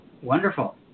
Wonderful